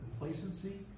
complacency